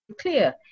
clear